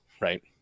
right